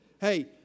Hey